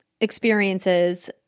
experiences